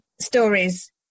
stories